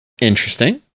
Interesting